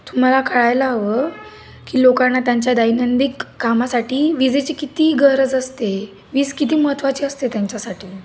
तुम्हाला कळायला हवं की लोकांना त्यांच्या दैनंदिक कामासाठी विजेची किती गरज असते वीज किती महत्त्वाची असते त्यांच्यासाठी